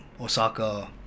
Osaka